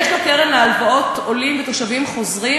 יש לו קרן הלוואות לעולים ולתושבים חוזרים